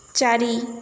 ଚାରି